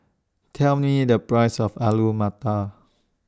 Tell Me The Price of Alu Matar